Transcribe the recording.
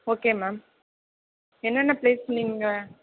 okay ma'am என்னென்ன பிளேஸ்க்கு நீங்கள்